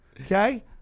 okay